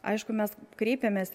aišku mes kreipiamės